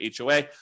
HOA